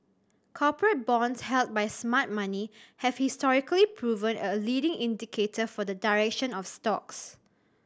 corporate bonds held by smart money have historically proven a leading indicator for the direction of stocks